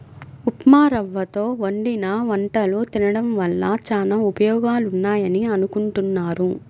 ఉప్మారవ్వతో వండిన వంటలు తినడం వల్ల చానా ఉపయోగాలున్నాయని అనుకుంటున్నారు